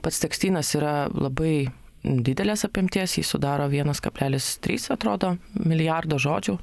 pats tekstynas yra labai didelės apimties jį sudaro vienas kablelis trys atrodo milijardo žodžių